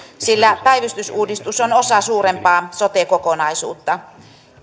sillä päivystysuudistus on osa suurempaa sote kokonaisuutta